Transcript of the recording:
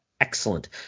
Excellent